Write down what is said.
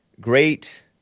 Great